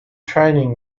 training